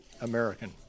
American